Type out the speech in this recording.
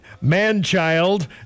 man-child